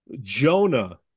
Jonah